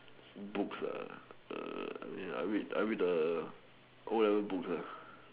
books I read the o-level books